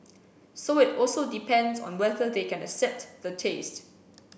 so it also depends on whether they can accept the taste